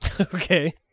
Okay